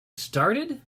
started